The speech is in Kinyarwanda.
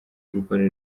gukora